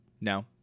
no